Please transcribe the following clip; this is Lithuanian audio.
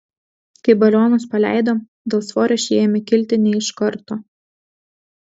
kai balionus paleido dėl svorio šie ėmė kilti ne iš karto